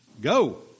go